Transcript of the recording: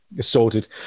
Sorted